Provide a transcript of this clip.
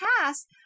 past